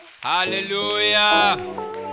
hallelujah